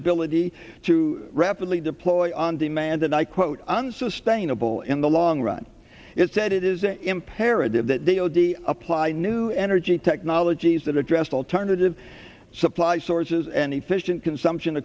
ability to rapidly deploy on demand and i quote unsustainable in the long run it said it is imperative that the odi apply new energy technologies that address alternative supply sources and efficient consumption